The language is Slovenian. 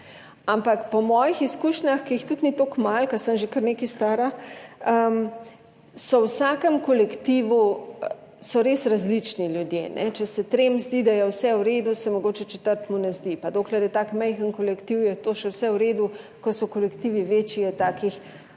Ampak po mojih izkušnjah, ki jih tudi ni tako malo, ker sem že kar nekaj stara, so v vsakem kolektivu res različni ljudje. Če se trem zdi, da je vse v redu, se mogoče četrtemu ne zdi. Pa dokler je tak majhen kolektiv, je to še vse v redu. Ko so kolektivi večji, je takih